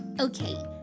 Okay